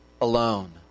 alone